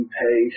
pay